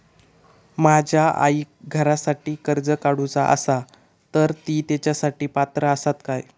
माझ्या आईक घरासाठी कर्ज काढूचा असा तर ती तेच्यासाठी पात्र असात काय?